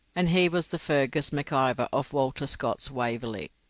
and he was the fergus mcivor of walter scott's waverley.